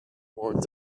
more